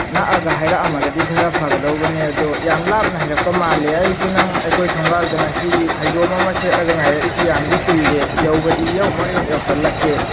ꯅꯛꯑꯒ ꯍꯥꯏꯔꯛꯑꯝꯃꯒꯗꯤ ꯈꯔ ꯐꯒꯗꯕꯅꯤ ꯑꯗꯣ ꯌꯥꯝ ꯂꯥꯞꯅ ꯍꯥꯏꯔꯛꯄ ꯃꯦꯜꯂꯤ ꯑꯩꯁꯨ ꯅꯪ ꯑꯩꯈꯣꯏ ꯊꯣꯡꯒꯥꯜꯗ ꯉꯁꯤꯒꯤ ꯐꯩꯖꯣꯝ ꯑꯃ ꯁꯦꯠꯂꯒ ꯉꯥꯏꯔꯛꯏꯁꯤ ꯌꯥꯝꯅꯗꯤ ꯀꯨꯏꯔꯦ ꯌꯧꯕꯗꯤ ꯏꯌꯧꯃꯛ ꯍꯦꯑꯛ ꯌꯧꯁꯤꯜꯂꯛꯇꯦ